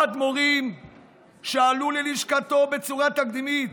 אדמו"רים שעלו ללשכתו בצורה תקדימית,